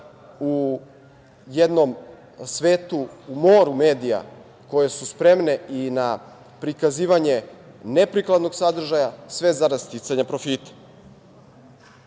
u jednom svetu, u moru medija koje su spremne i na prikazivanje neprikladnog sadržaja sve zarad sticanja